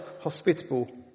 hospitable